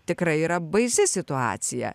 tikrai yra baisi situacija